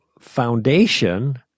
foundation